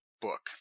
book